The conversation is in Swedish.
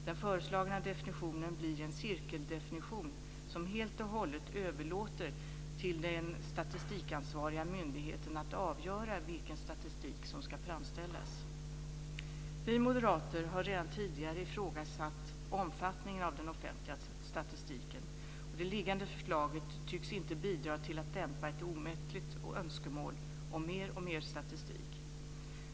Den föreslagna definitionen blir en cirkeldefinition som helt och hållet överlåter till den statistikansvariga myndigheten att avgöra vilken statistik som ska framställas. Vi moderater har redan tidigare ifrågasatt omfattningen av den offentliga statistiken, och det liggande förslaget tycks inte bidra till att dämpa ett omättligt önskemål om mer och mer statistik.